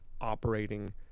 operating